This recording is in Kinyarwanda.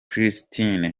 christine